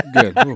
good